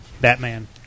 Batman